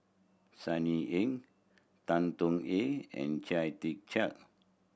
Sunny Ang Tan Tong Hye and Chia Tee Chiak